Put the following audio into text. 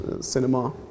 cinema